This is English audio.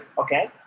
Okay